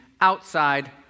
outside